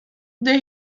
der